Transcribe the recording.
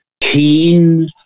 keen